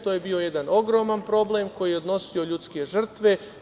To je bio jedan ogroman problem koji je odnosio ljudske žrtve.